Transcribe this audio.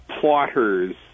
plotters